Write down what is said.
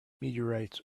meteorites